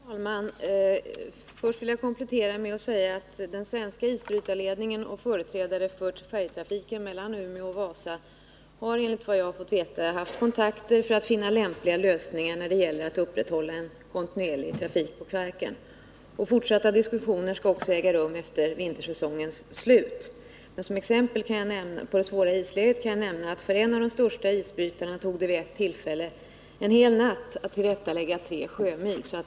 Herr talman! Jag vill börja med att komplettera med att säga att den svenska isbrytarledningen och företrädare för färjetrafiken meilan Umeå och Vasa, enligt vad jag har fått veta, har haft kontakt för att finna lämpliga lösningar när det gäller att upprätthålla en kontinuerlig trafik på Kvarken. Fortsatta diskussioner skall också äga rum efter vintersäsongens slut. Som exempel på det svåra isläget kan jag nämna att för en av de större isbrytarna tog det vid ett tillfälle en hel natt att tillryggalägga tre sjömil.